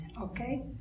Okay